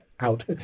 out